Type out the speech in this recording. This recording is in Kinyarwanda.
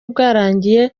bwarangiye